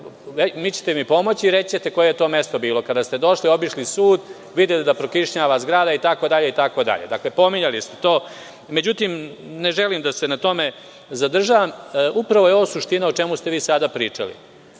vi ćete mi pomoći i reći ćete koje je to mesto bilo kada ste došli obišli sud, videli da prokišnjava zgrada itd. Dakle, pominjali ste to.Međutim, ne želim da se na tome zadržavam, upravo je ovo suština o čemu ste vi sada pričali,